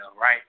right